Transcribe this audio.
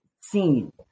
seen